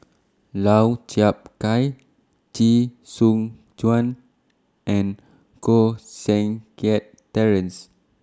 Lau Chiap Khai Chee Soon Juan and Koh Seng Kiat Terence